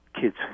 kids